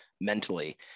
mentally